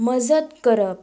मजत करप